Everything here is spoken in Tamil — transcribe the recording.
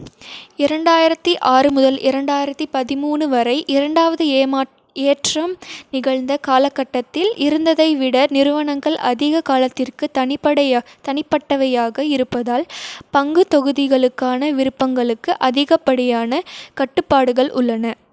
இரண்டாயிரத்தி ஆறு முதல் இரண்டாயிரத்தி பதிமூணு வரை இரண்டாவது ஏற்றம் நிகழ்ந்த காலக்கட்டத்தில் இருந்ததைவிட நிறுவனங்கள் அதிகக் காலத்திற்கு தனிப்படை தனிப்பட்டவையாக இருப்பதால் பங்கு தொகுதிகளுக்கான விருப்பங்களுக்கு அதிகப்படியான கட்டுப்பாடுகள் உள்ளன